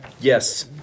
Yes